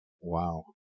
Wow